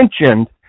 mentioned